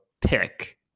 pick